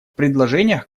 предложениях